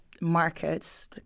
markets